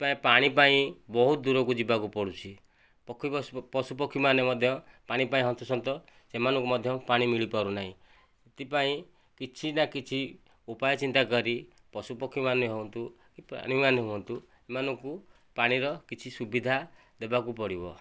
ପ୍ରାୟ ପାଣି ପାଇଁ ବହୁତ ଦୂରକୁ ଯିବାକୁ ପଡ଼ୁଛି ପଶୁ ପକ୍ଷୀ ମାନେ ମଧ୍ୟ ପାଣି ପାଇଁ ହନ୍ତସନ୍ତ ସେମାଙ୍କୁ ମଧ୍ୟ ପାଣି ମିଳି ପାରୁନାହିଁ ସେଥିପାଇଁ କିଛି ନା କିଛି ଉପାୟ ଚିନ୍ତା କରି ପଶୁ ପକ୍ଷୀ ମାନେ ହୁଅନ୍ତୁ କି ପ୍ରାଣୀ ମାନେ ହୁଅନ୍ତୁ ଏମାନଙ୍କୁ ପାଣିର କିଛି ସୁବିଧା ଦେବାକୁ ପଡ଼ିବ